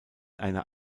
einer